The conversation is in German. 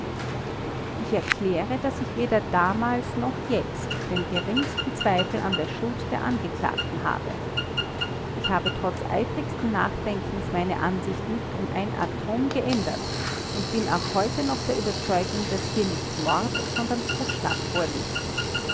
ich erkläre daß ich weder damals noch jetzt den geringsten zweifel an der schuld der angeklagten habe ich habe trotz eifrigsten nachdenkens meine ansicht nicht um ein atom geändert und bin auch heute noch der überzeugung daß hier nicht mord sondern totschlag vorliegt